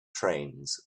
trains